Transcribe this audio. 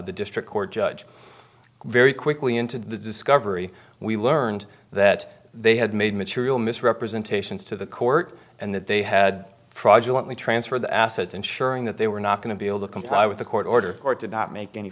the district court judge very quickly into the discovery we learned that they had made material misrepresentations to the court and that they had fraudulent the transfer of the assets ensuring that they were not going to be able to comply with a court order or did not make any